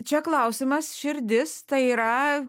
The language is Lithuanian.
čia klausimas širdis tai yra